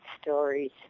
stories